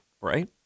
right